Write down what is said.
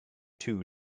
two